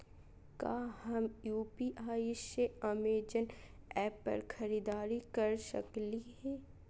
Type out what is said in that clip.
का हम यू.पी.आई से अमेजन ऐप पर खरीदारी के सकली हई?